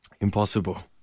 Impossible